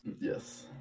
Yes